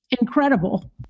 incredible